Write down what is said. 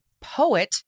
poet